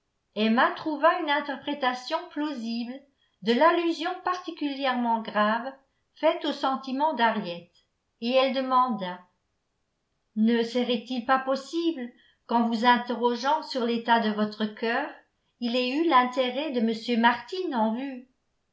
emma trouva une interprétation plausible de l'allusion particulièrement grave faite aux sentiments d'henriette et elle demanda ne serait-il pas possible qu'en vous interrogeant sur l'état de votre cœur il ait eu l'intérêt de m martin en vue